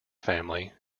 family